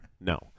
No